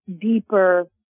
deeper